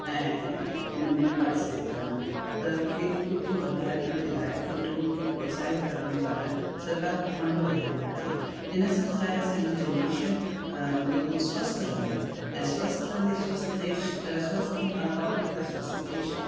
ऐं इन में पार्टिसपेट कंदा त खेल कूद खे वधाइण जे लाइ खेल कूद खे प्रोत्साहित करण जे लाइ सरकार खे फंड वधाइणु घुरिजे इन सां छा आहे सॼी जनरेशन बिल्कुलु स्वस्थ रहंदी ऐं स्वस्थ रहंदी स्वस्थ देश ऐं स्वस्थ पब्लिक त स्वस्थ देश